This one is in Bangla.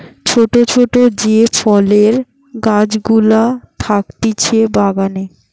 ছোট ছোট যে ফলের গাছ গুলা থাকতিছে বাগানে